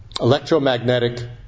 electromagnetic